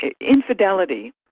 Infidelity